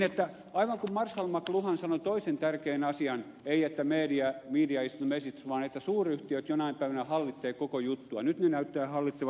aivan kuin marshall mcluhan sanoi toisen tärkeän asian ei sitä että media is the message vaan sen että suuryhtiöt jonain päivänä hallitsevat koko juttua niin nyt ne näyttävät hallitsevan tätä lainsäädäntöäkin